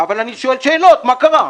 אבל אני שואל שאלות, מה קרה?